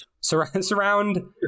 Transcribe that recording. surround